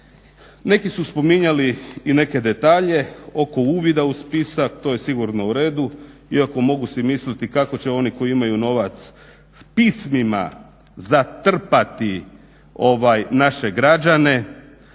Neki su spominjali i neke detalje oko uvida u spis, a to je sigurno uredu iako mogu si misliti kako će oni koji imaju novac pismima zatrpati naše građane,